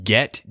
Get